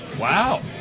Wow